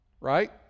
Right